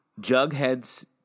Jughead's